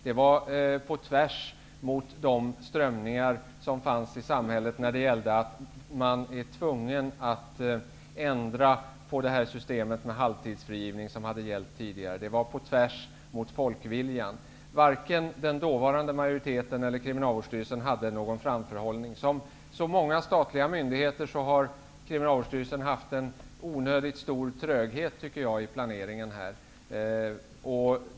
Det var på tvärs mot de strömningar som fanns i samhället när det gällde att ändra på systemet med de halvtidsfrigivningar som hade gällt tidigare. Det var på tvärs mot folkviljan. Varken den dåvarande riksdagsmajoriteten eller Kriminalvårdsstyrelsen hade någon framförhållning. Liksom många statliga myndigheter har Kriminalvårdsstyrelsen haft en onödigt stor tröghet i planeringen.